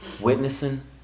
witnessing